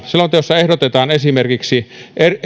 selonteossa ehdotetaan esimerkiksi